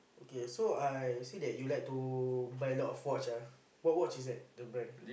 okay so I see that you like to buy a lot of watch ah what watch is that the brand